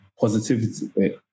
positivity